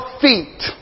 feet